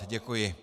Děkuji.